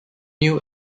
new